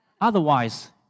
Otherwise